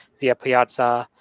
the piazza,